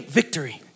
victory